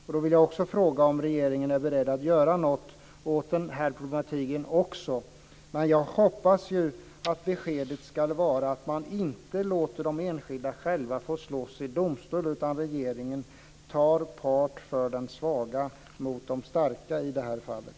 Jag vill då fråga om regeringen är beredd att göra något åt också den här problematiken. Jag hoppas att beskedet ska vara att man inte låter de enskilda själva få slåss i domstol utan att regeringen tar part för den svaga mot de starka i det här fallet.